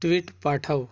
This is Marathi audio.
ट्विट पाठव